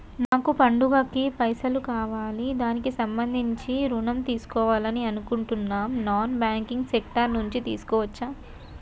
నాకు పండగ కి పైసలు కావాలి దానికి సంబంధించి ఋణం తీసుకోవాలని అనుకుంటున్నం నాన్ బ్యాంకింగ్ సెక్టార్ నుంచి తీసుకోవచ్చా?